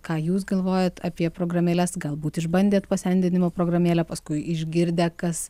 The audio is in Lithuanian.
ką jūs galvojat apie programėles galbūt išbandėt pasendinimo programėlę paskui išgirdę kas